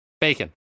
Bacon